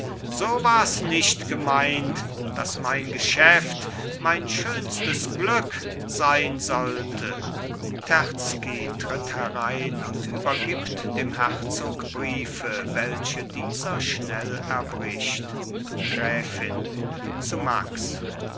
so wars nicht gemeint daß mein geschäft mein schönstes glück sein sollte terzky tritt herein und übergibt dem herzog briefe welche dieser schnell erbricht gräfin zu max